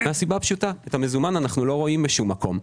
מהסיבה הפשוטה את המזומן אנחנו לא רואים בשום מקום.